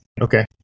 Okay